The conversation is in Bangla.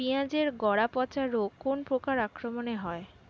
পিঁয়াজ এর গড়া পচা রোগ কোন পোকার আক্রমনে হয়?